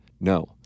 No